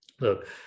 look